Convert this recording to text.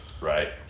right